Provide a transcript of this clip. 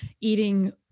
eating